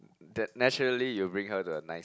that naturally you will bring her to a nice